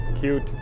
cute